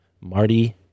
Marty